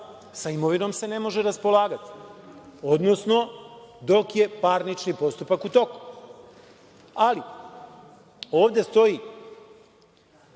sa imovinom se ne može raspolagati, odnosno dok je parnični postupak u toku. Ali ovde stoji